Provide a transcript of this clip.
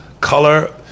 color